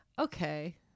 okay